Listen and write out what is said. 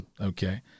Okay